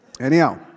Anyhow